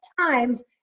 times